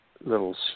little